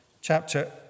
chapter